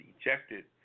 ejected